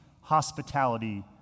hospitality